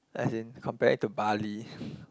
as in comparing to barley